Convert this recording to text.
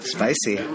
Spicy